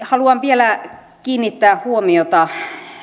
haluan vielä kiinnittää huomiota